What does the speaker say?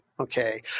Okay